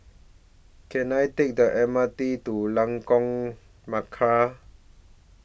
Can I Take The M R T to Lengkok Merak